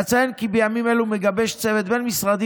אציין כי בימים אלו מגבש צוות בין-משרדי